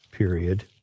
Period